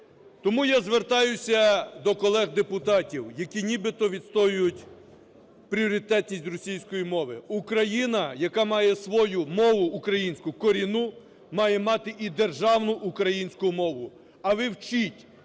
Тому я звертаюся до колег-депутатів, які нібито відстоюють пріоритетність російської мови: Україна, яка має свою мову українську, корінну, має мати і державну українську мову. А ви вчіть,